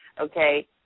okay